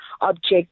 object